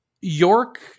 York